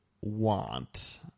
want